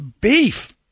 beef